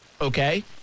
okay